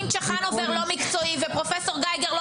אם צ'חנובר לא מקצועי ופרופ' גייגר לא